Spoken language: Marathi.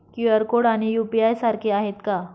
क्यू.आर कोड आणि यू.पी.आय सारखे आहेत का?